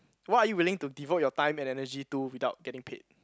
what are you willing to devote your time and energy to without getting paid